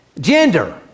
Gender